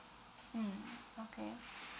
mm okay